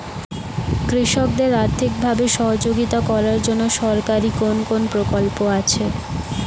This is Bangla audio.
কৃষকদের আর্থিকভাবে সহযোগিতা করার জন্য সরকারি কোন কোন প্রকল্প আছে?